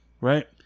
right